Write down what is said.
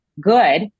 good